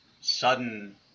sudden –